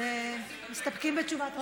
אז מסתפקים בתשובת השרה.